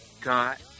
got